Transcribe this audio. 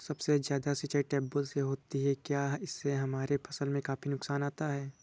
सबसे ज्यादा सिंचाई ट्यूबवेल से होती है क्या इससे हमारे फसल में काफी नुकसान आता है?